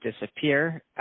disappear